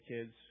kids